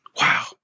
Wow